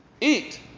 eat